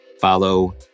follow